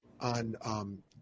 on